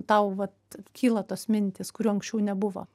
tau vat kyla tos mintys kurių anksčiau nebuvo